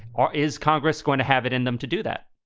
or is congress going to have it in them to do that?